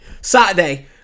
Saturday